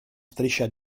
striscia